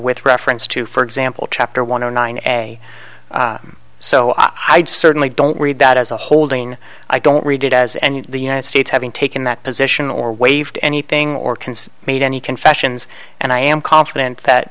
with reference to for example chapter one zero nine a so i certainly don't read that as a holding i don't read it as and the united states having taken that position or waived anything or can say made any confessions and i am confident that